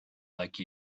like